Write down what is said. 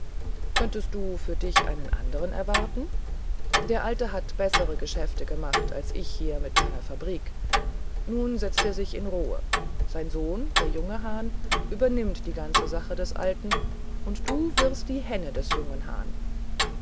könntest du für dich einen andern erwarten der alte hat bessere geschäfte gemacht als ich hier mit meiner fabrik nun setzt er sich in ruhe sein sohn der junge hahn übernimmt die ganze sache des alten und du wirst die henne des jungen hahn